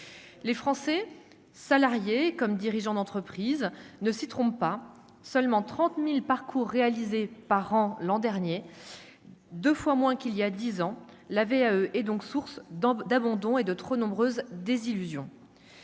les Français salariés comme dirigeant d'entreprise ne s'y trompe pas, seulement 30000 parcours réalisé par an l'an dernier, 2 fois moins qu'il y a 10 ans, l'avait et donc source dans d'abandon et de trop nombreuses désillusions